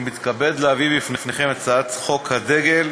אני מתכבד להביא בפניכם את הצעת חוק הדגל,